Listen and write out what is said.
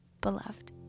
beloved